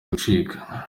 gucika